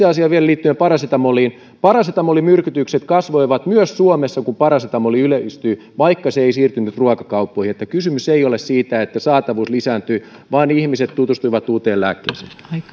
asia vielä liittyen parasetamoliin parasetamolimyrkytykset kasvoivat myös suomessa kun parasetamoli yleistyi vaikka se ei siirtynyt ruokakauppoihin niin että kysymys ei ole siitä että saatavuus lisääntyi vaan ihmiset tutustuivat uuteen lääkkeeseen